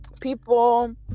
people